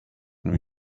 new